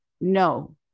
no